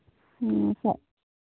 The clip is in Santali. ᱦᱮᱸ ᱵᱟᱠᱷᱟᱱ